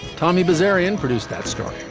tommy kazarian produced that story.